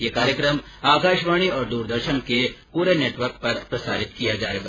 ये कार्यक्रम आकाशवाणी और द्रदर्शन के पूरे नेटवर्क पर प्रसारित किया जाएगा